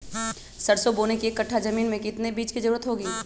सरसो बोने के एक कट्ठा जमीन में कितने बीज की जरूरत होंगी?